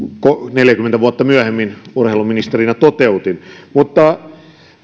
neljäkymmentä vuotta myöhemmin urheiluministerinä toteutin